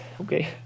okay